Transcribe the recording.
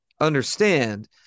understand